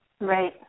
Right